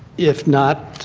if not,